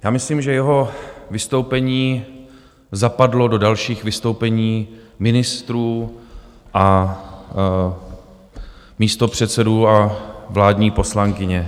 Já myslím, že jeho vystoupení zapadlo do dalších vystoupení ministrů a místopředsedů a vládní poslankyně.